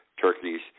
turkeys